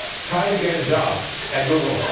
try to get a job at google.